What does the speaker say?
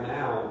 now